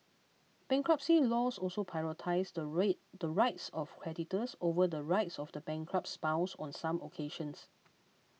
bankruptcy laws also prioritise the read rights of creditors over the rights of the bankrupt's spouse on some occasions